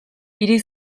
hiri